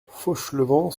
fauchelevent